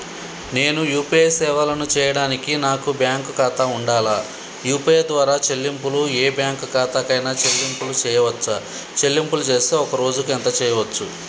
నేను యూ.పీ.ఐ సేవలను చేయడానికి నాకు బ్యాంక్ ఖాతా ఉండాలా? యూ.పీ.ఐ ద్వారా చెల్లింపులు ఏ బ్యాంక్ ఖాతా కైనా చెల్లింపులు చేయవచ్చా? చెల్లింపులు చేస్తే ఒక్క రోజుకు ఎంత చేయవచ్చు?